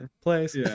place